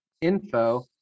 info